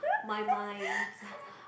my mind